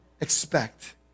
expect